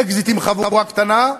אקזיט עם חבורה קטנה,